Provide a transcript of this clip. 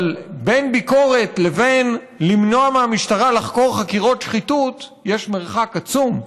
אבל בין ביקורת ובין למנוע מהמשטרה לחקור חקירות שחיתות יש מרחק עצום,